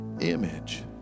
image